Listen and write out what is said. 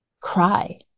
cry